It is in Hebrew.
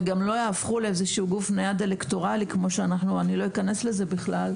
וגם לא יהפכו לאיזה שהוא גוף נייד אלקטורלי אני לא אכנס לזה בכלל.